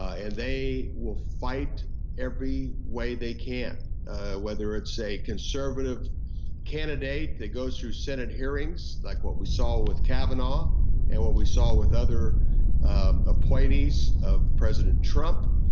and they will fight every way they can whether it's a conservative candidate that goes through senate hearings like we saw with kavanaugh and what we saw with other appointees of president trump,